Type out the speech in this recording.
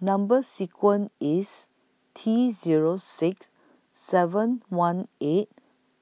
Number sequence IS T Zero six seven one eight